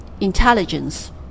intelligence